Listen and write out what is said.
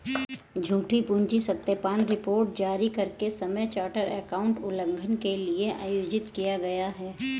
झूठी पूंजी सत्यापन रिपोर्ट जारी करते समय चार्टर्ड एकाउंटेंट उल्लंघन के लिए आयोजित किया गया